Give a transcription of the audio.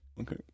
okay